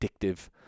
addictive